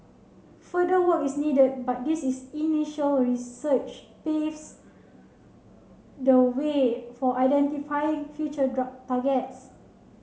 further work is needed but this is initial research paves the way for identifying future drug targets